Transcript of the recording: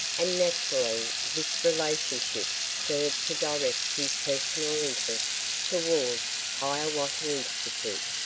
and naturally this relationship served to direct his personal interest toward hiawatha institute.